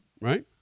Right